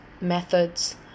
methods